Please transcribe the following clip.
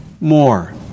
more